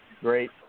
great